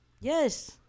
Yes